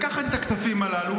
לקחת את הכספים הללו,